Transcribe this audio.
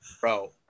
Bro